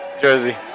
Jersey